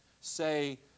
say